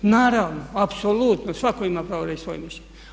Naravno, apsolutno svatko ima pravo reći svoje mišljenje.